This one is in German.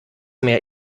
mehr